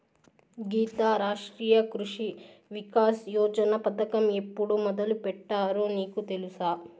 గీతా, రాష్ట్రీయ కృషి వికాస్ యోజన పథకం ఎప్పుడు మొదలుపెట్టారో నీకు తెలుసా